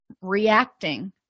reacting